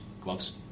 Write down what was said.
gloves